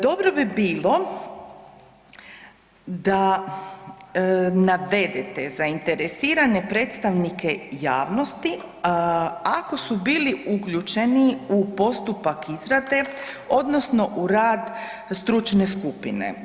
Dobro bi bilo da navedete zainteresirane predstavnike javnosti ako su bili uključeni u postupak izrade odnosno u rad stručne skupine.